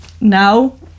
now